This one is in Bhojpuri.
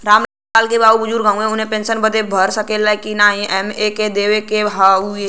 राम लाल के बाऊ बुजुर्ग ह ऊ पेंशन बदे भर सके ले की नाही एमे का का देवे के होई?